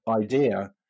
idea